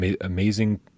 amazing